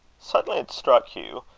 suddenly it struck hugh,